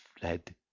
fled